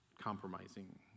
compromising